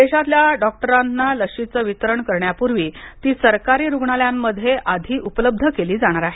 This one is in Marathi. देशातल्या डॉक्टरांना लशीचं वितरण करण्यापूर्वी ती सरकारी रुग्णालयांमध्ये आधी उपलब्ध केली जाणार आहे